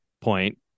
point